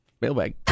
Mailbag